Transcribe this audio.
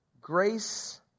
grace